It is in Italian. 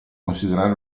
considerare